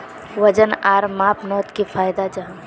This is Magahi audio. वजन आर मापनोत की फायदा जाहा?